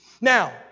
Now